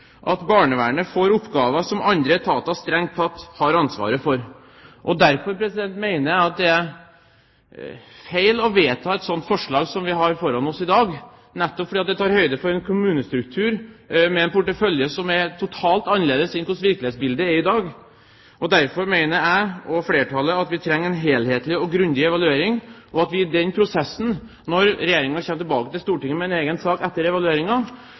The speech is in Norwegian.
at barnevernet får oppgaver som andre etater strengt tatt har ansvaret for. Derfor mener jeg at det er feil å vedta et slikt forslag som vi har foran oss i dag, nettopp fordi det tar høyde for en kommunestruktur med en portefølje som er totalt annerledes enn hvordan virkelighetsbildet er i dag. Derfor mener jeg og flertallet at vi trenger en helhetlig og grundig evaluering, og at vi i den prosessen, når Regjeringen kommer tilbake til Stortinget med en egen sak etter